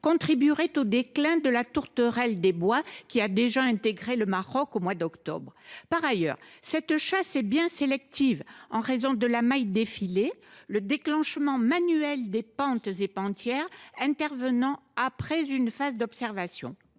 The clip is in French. contribueraient au déclin de la tourterelle des bois, qui a déjà intégré le Maroc au mois d’octobre. Par ailleurs, cette chasse est bien sélective en raison de la maille des filets, le déclenchement manuel des pantes et pantières intervenant après une phase d’observation.